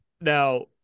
now